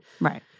Right